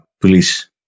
Police